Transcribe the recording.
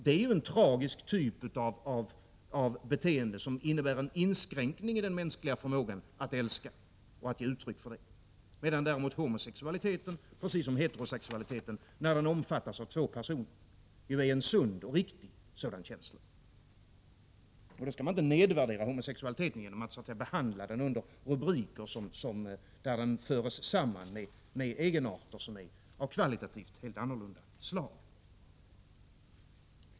Det är en tragisk typ av beteende, som innebär en inskränkning i den mänskliga förmågan att älska och att ge uttryck för det, medan däremot homosexualiteten precis som heterosexualiteten omfattas av två personer och är en sund och riktig känsla. Då skall man inte nedvärdera homosexualiteten genom att behandla den under rubriker där den förs samman med egenarter som är av kvalitativt helt annorlunda slag.